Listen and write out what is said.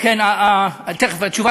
אין הצבעה.